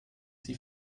sie